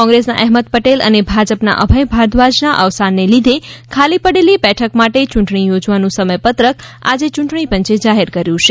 કોંગ્રેસના અહેમદ પટેલ અને ભાજપના અભય ભારદ્વાજના અવસાનને લીધે ખાલી પડેલી બેઠક માટે ચૂંટણી યોજવાનું સમય પત્રક આજે યૂંટણી પંચે જાહેર થયું છે